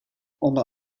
onder